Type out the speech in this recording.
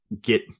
get